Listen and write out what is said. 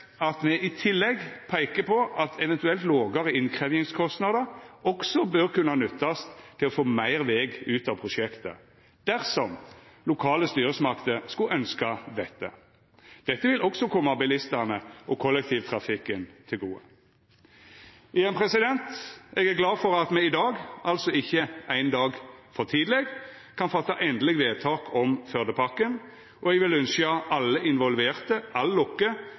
der me peikar på at eventuelt lågare innkrevjingskostnader også bør kunna nyttast til å få meir veg ut av prosjektet, dersom lokale styresmakter skulle ønskja dette. Dette vil også koma bilistane og kollektivtrafikken til gode. Eg er glad for at me i dag, altså ikkje ein dag for tidleg, kan gjera endeleg vedtak om Førdepakken, og eg vil ønskja alle involverte all lukke